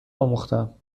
آموختهام